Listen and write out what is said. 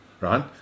right